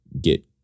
get